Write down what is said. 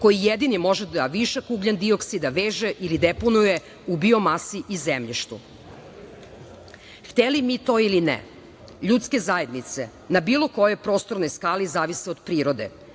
koji jedini može da višak ugljen dioksida veže ili deponije u biomasi i zemljištu. Hteli mi to ili ne, ljudske zajednice na bilo kojoj prostornoj skali zavise od prirode,